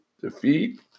defeat